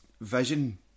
vision